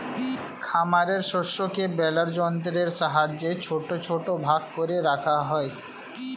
খামারের শস্যকে বেলার যন্ত্রের সাহায্যে ছোট ছোট ভাগ করে রাখা হয়